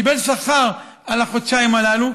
קיבל שכר על החודשיים הללו,